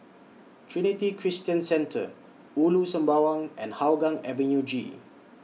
Trinity Christian Centre Ulu Sembawang and Hougang Avenue G